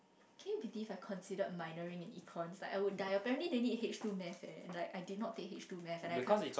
can you believe I considered minoring in like I would die apparently they need H two maths leh and I did not take H two maths and I can't